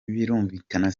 birumvikana